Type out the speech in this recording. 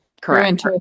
Correct